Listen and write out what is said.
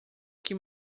que